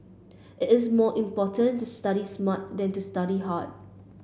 it is more important to study smart than to study hard